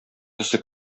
төсе